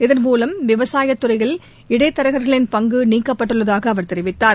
இதன் மூலம் விவசாய துறையில் இளடத்தரகா்களின் பங்கு நீக்கப்பட்டுள்ளதாக அவர் கூறினார்